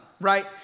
right